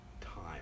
time